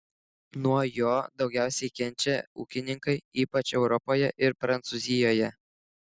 nuo jo daugiausiai kenčia ūkininkai ypač europoje ir prancūzijoje